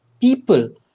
people